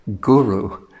guru